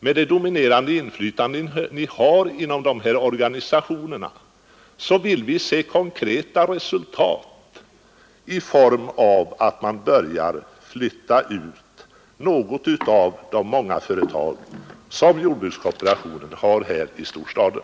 Med tanke på det dominerande inflytande ni har inom de här organisationerna vill vi se konkreta resultat i form av att man börjar flytta ut något av de många företag som jordbrukskooperationen har här i storstaden.